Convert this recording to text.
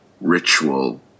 ritual